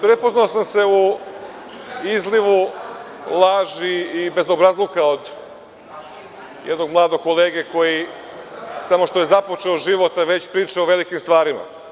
Prepoznao sam se u izlivu laži i bezobrazluka od jednog mladog kolege koji samo što je započeo život, a već priča o velikim stvarima.